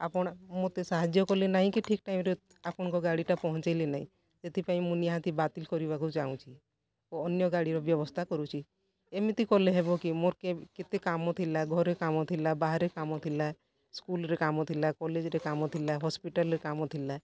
ଆପଣ ମୋତେ ସାହାଯ୍ୟ କଲେ ନାଇଁ କି ଠିକ୍ ଟାଇମ୍ରେ ଆପଣଙ୍କ ଗାଡ଼ିଟା ପହଞ୍ଚେଇଲେ ନାଇଁ ଏଥିପାଇଁ ମୁଁ ନିହାତି ବାତିଲ୍ କରିବାକୁ ଚାହୁଁଛି ଓ ଅନ୍ୟ ଗାଡ଼ିର ବ୍ୟବସ୍ଥା କରୁଛି ଏମିତି କଲେ ହେବକି ମୋର କିଏ କେତେ କାମ ଥିଲା ଘରେ କାମଥିଲା ବାହାରେ କାମଥିଲା ସ୍କୁଲ୍ରେ କାମ ଥିଲା କଲେଜ୍ରେ କାମଥିଲା ହସ୍ପିଟାଲ୍ରେ କାମ ଥଲା